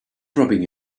rubbing